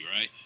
right